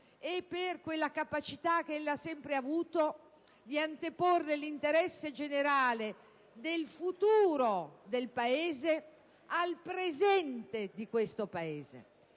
e politica ma anche - l'ha sempre avuta - di anteporre l'interesse generale del futuro del Paese al presente di questo Paese.